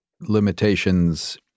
limitations